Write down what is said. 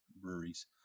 breweries